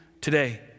today